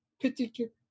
particular